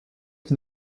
qui